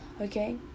Okay